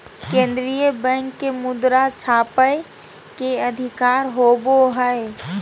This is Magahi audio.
केन्द्रीय बैंक के मुद्रा छापय के अधिकार होवो हइ